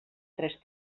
tres